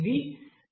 ఇది yin